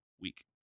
week